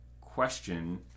question